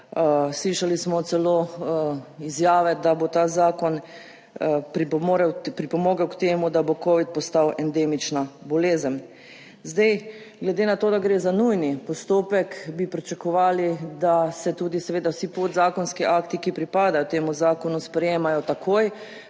Slišali smo celo izjave, da bo ta zakon pripomogel k temu, da bo Covid postal endemična bolezen. Glede na to, da gre za nujni postopek, bi pričakovali, da se tudi seveda vsi podzakonski akti, ki pripadajo temu zakonu, sprejemajo takoj,